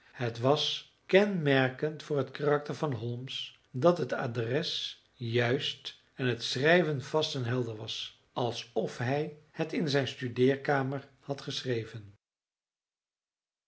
het was kenmerkend voor het karakter van holmes dat het adres juist en het schrijven vast en helder was alsof hij het in zijn studeerkamer had geschreven